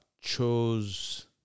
chose